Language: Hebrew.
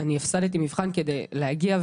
הפסדתי מבחן כדי להגיע,